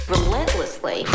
Relentlessly